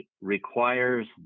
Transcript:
requires